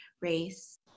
race